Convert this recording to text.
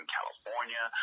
California